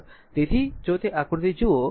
તેથી જો તે આકૃતિ જુઓ તો આ આકૃતિ 2